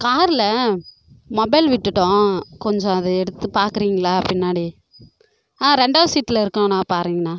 காரில் மொபைல் விட்டுவிட்டோம் கொஞ்சம் அதை எடுத்து பார்க்குறிங்ளா பின்னாடி ஆ ரெண்டாவது சீட்டில் இருக்கும்ண்ணா பாருங்ண்ணா